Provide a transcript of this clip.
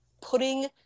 putting